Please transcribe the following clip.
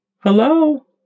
Hello